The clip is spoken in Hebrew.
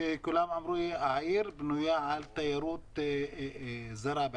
העיר בנויה בעיקר על תיירות חוץ.